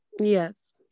Yes